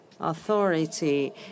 authority